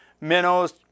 minnows